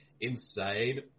insane